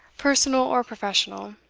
personal or professional,